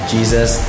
Jesus